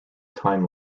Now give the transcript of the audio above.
time